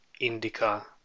indica